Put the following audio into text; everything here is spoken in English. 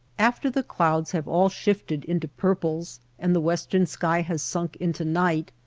after the clouds have all shifted into purples and the western sky has sunk into night,